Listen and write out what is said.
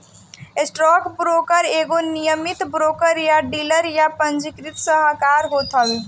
stockbroker एगो नियमित broker या डीलर या पंजीकृत सलाहकार होत हवे